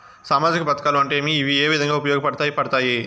సామాజిక పథకాలు అంటే ఏమి? ఇవి ఏ విధంగా ఉపయోగపడతాయి పడతాయి?